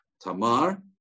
Tamar